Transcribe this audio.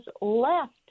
left